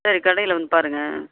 சரி கடையில் வந்து பாருங்கள்